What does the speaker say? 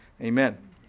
amen